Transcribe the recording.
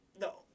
No